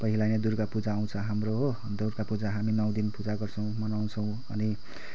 पहिला यहाँ दुर्गा पूजा आउँछ हाम्रो हो दुर्गा पूजा हामी नौ दिन पूजा गर्छौँ मनाउँछौँ अनि